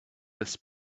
this